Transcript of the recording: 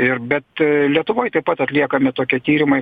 ir bet lietuvoj taip pat atliekami tokie tyrimai